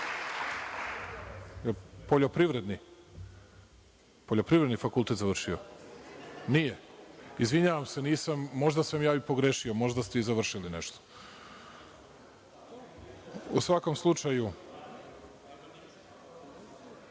Poljoprivredni fakultet je završio? Nije. Izvinjavam se, možda sam pogrešio, možda ste i završili nešto.U svakom slučaju,